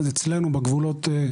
אז אצלנו בגבולות,